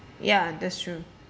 ya that's true